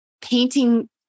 painting